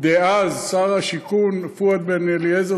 שר השיכון דאז פואד בן-אליעזר,